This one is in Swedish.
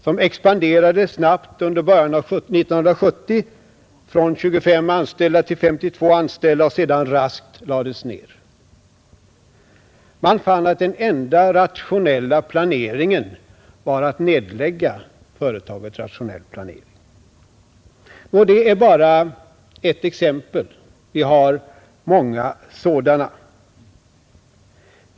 Det expanderade snabbt i början på 1970, från 25 till 52 anställda, och lades sedan plötsligt ned. Man fann att den enda rationella planeringen var att lägga ned företaget Rationell planering. Det är bara ett exempel bland många.